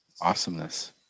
Awesomeness